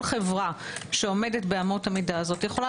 כל חברה שעומדת באמות המידה הזאת יכולה